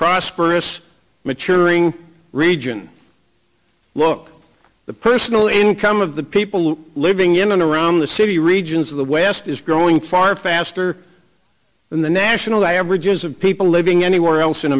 prosperous maturing region look at the personal income of the people living in and around the city regions of the west is growing far faster than the national averages of people living anywhere else in